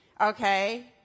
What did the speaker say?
okay